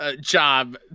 job